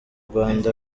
rwanda